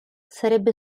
sarebbe